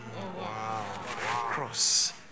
Cross